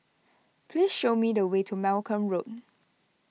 please show me the way to Malcolm Road